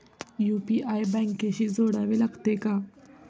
UPI बँकेशी जोडावे लागते का?